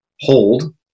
Hold